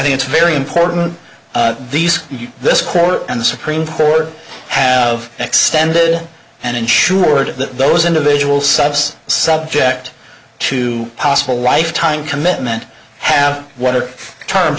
think it's very important these this court and the supreme court have extended and ensured that those individual subs subject to possible lifetime commitment have what are term